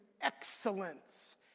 excellence